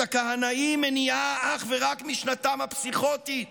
את הכהנאים מניעה אך ורק משנתם הפסיכוטית,